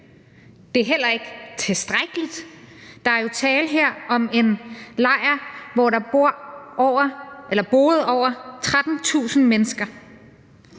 Det er heller ikke tilstrækkeligt. Der er jo her tale om en lejr, hvor der boede over 13.000 mennesker.